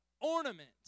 ornament